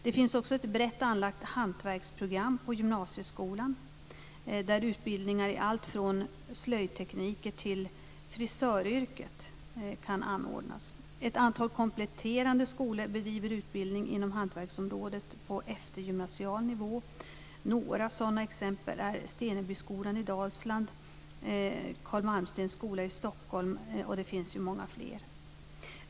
Det finns också ett brett anlagt hantverksprogram i gymnasieskolan där utbildningar i allt från slöjdtekniker till frisöryrket kan anordnas. Ett antal kompletterande skolor bedriver utbildning inom hantverksområdet på eftergymnasial nivå. Några sådana exempel är Stenebyskolan i Dalsland och Carl Malmstens skola i Stockholm, och det finns många fler.